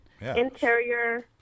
Interior